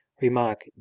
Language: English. Remark